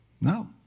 No